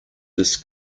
this